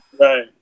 Right